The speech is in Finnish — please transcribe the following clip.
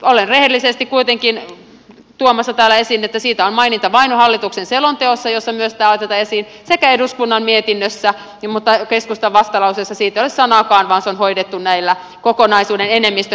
olen rehellisesti kuitenkin tuomassa täällä esiin että siitä on maininta vain hallituksen selonteossa jossa myös tämä otetaan esiin sekä eduskunnan mietinnössä mutta keskustan vastalauseessa siitä ei ole sanaakaan vaan se on hoidettu näillä kokonaisuuden enemmistön kannoilla